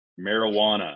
Marijuana